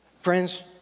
Friends